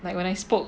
like when I spoke